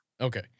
Okay